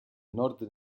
nord